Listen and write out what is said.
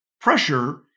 pressure